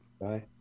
Bye